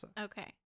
Okay